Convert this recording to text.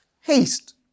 Haste